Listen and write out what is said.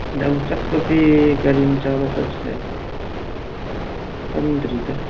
ꯑꯗꯣ ꯆꯠꯄꯗꯤ ꯒꯥꯔꯤ ꯃꯆꯥꯗ ꯆꯠꯁꯤ ꯍꯥꯏꯕ꯭ꯔ ꯆꯪꯗ꯭ꯔꯤꯗ